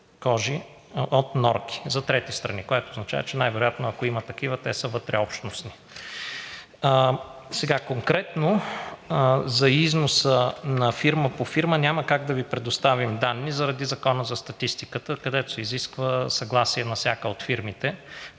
от норки за трети страни, което означава, че най-вероятно, ако има такива, те са вътреобщностни. Сега конкретно за износа на фирма по фирма няма как да Ви предоставим данни заради Закона за статистиката, където се изисква съгласие на всяка от фирмите.